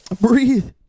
Breathe